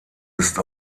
ist